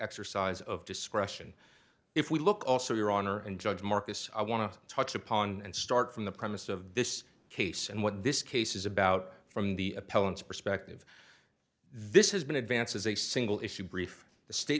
exercise of discretion if we look also your honor and judge marcus i want to touch upon and start from the premise of this case and what this case is about from the appellant's perspective this has been advanced as a single issue brief the state